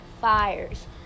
fires